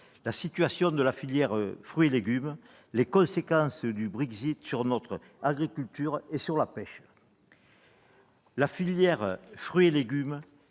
la situation de la filière fruits et légumes, ainsi que les conséquences du Brexit sur notre agriculture et la pêche. La filière fruits et légumes